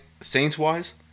Saints-wise